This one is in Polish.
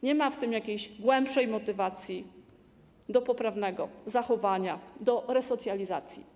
Nie ma w tym jakiejś głębszej motywacji do poprawnego zachowania, do resocjalizacji.